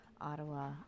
Ottawa